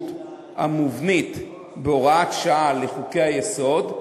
המובנית בהוראות שעה לחוקי-יסוד,